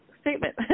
statement